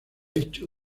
hecho